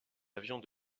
avions